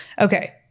Okay